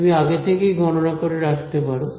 তুমি আগে থেকেই গণনা করে রাখতে পারো